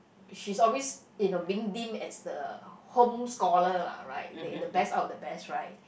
she's always you know being deemed as the home scholar lah right in the best out of the best right